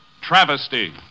Travesty